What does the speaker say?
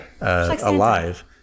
alive